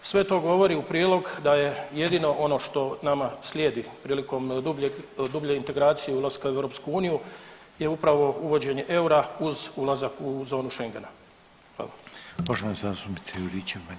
Sve to govori u prilog da je jedino ono što nama slijedi prilikom dublje integracije ulaska u EU je upravo uvođenje eura uz ulazak u zonu šengena.